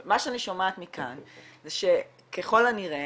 אבל מה שאני שומעת מכאן זה שככל הנראה,